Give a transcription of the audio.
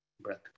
breath